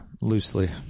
Loosely